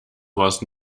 was